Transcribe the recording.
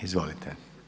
Izvolite.